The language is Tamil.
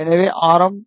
எனவே ஆரம் 0